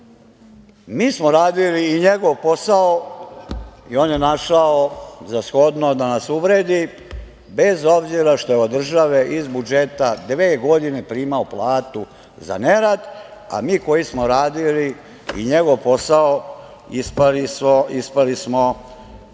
Mi smo radili i njegov posao i on je našao za shodno da nas uvredi bez obzira što je od države iz budžeta dve godine primao platu za nerad, a mi koji smo radili i njegov posao ispali smo,